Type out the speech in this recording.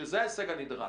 שזה ההישג הנדרש.